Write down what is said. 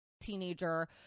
Teenager